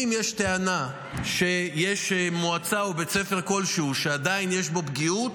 אם יש טענה שיש מועצה או בית ספר כלשהו שעדיין יש בו פגיעות,